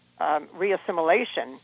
reassimilation